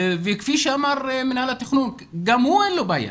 וכפי שאמר מנהל התכנון, גם הוא, אין לו בעיה.